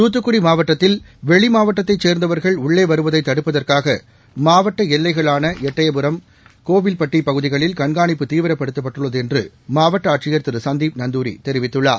துத்துக்குடி மாவட்டத்தில் வெளி மாவட்டத்தைச் சேர்ந்தவர்கள் உள்ளே வருவதை தடுப்பதற்காக மாவட்ட எல்லைகளான எட்டயபுரம் வேமபார் கோவில்பட்டு பகுதிகளில் கண்காணிப்பு தீவிரப்படுத்தப்பட்டுள்ள மாவட்ட ஆட்சியா் திரு சந்தீப் நந்தூரி தெரிவித்துள்ளார்